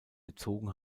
gezogen